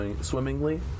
swimmingly